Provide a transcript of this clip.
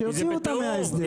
שיוציאו אותם מההסדר.